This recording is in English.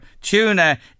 tuna